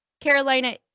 Carolina